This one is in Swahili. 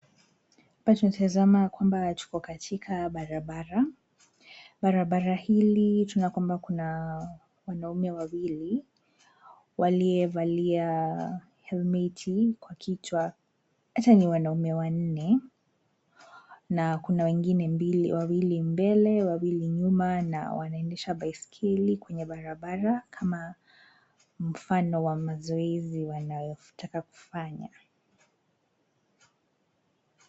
Hapa tunatazama kwamba tuko katika barabara. Barabara hili tunaona kwamba kuna wanaume wawili waliovalia helmeti kwa kichwa. Hata ni wanaume wanne na kuna wengine wawili mbele, wawili nyuma na wanaendesha baiskeli kwenye barabara kama mfano wa mazoezi wanayotaka kufanya.